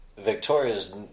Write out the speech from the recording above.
Victoria's